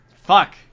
Fuck